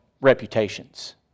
reputations